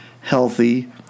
healthy